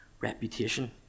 reputation